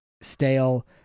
stale